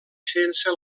sense